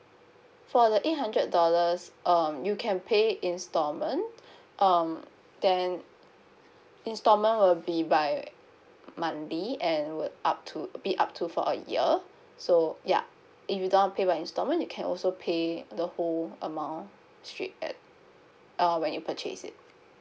for the eight hundred dollars um you can pay installment um then installment will be by monthly and would up to be up to for a year so yeah if you don't wanna pay by installment you can also pay the whole amount straight at uh when you purchase it